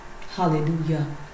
hallelujah